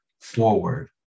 forward